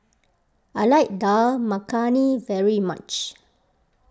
I like Dal Makhani very much